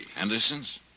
Anderson's